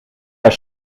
haar